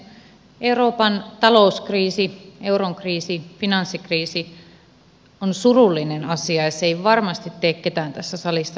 euroopan talouskriisi euron kriisi finanssikriisi on surullinen asia ja se ei varmasti tee ketään tässä salissa iloiseksi